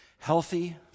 healthy